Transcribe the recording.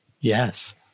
Yes